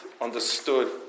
understood